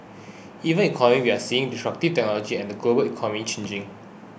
even economically we're seeing destructive technologies and the global economy changing